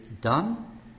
done